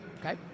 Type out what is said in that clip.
Okay